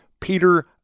Peter